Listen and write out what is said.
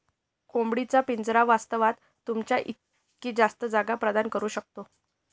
कोंबडी चा पिंजरा वास्तवात, तुमच्या इतकी जास्त जागा प्रदान करू शकतो